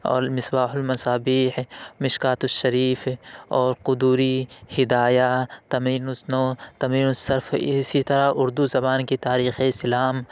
اور مصباح المصابیح ہے مشکوٰۃ الشریف ہے اور قدوری ہدایہ تمرین الصنو تمرین الصرف اسی طرح اردو زبان کی تاریخِ اسلام